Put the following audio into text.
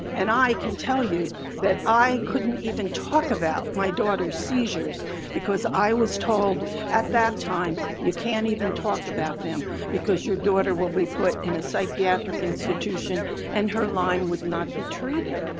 and i can tell you that i couldn't even talk about my daughter's seizures because i was told at that time you can't even talk about them because your daughter will be put in a psychiatric institution and her lyme would not be treated.